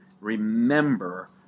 remember